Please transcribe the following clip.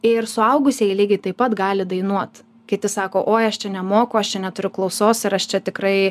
ir suaugusieji lygiai taip pat gali dainuot kiti sako oi aš čia nemoku aš čia neturiu klausos ar aš čia tikrai